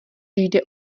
jde